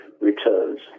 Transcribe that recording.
returns